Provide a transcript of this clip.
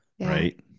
right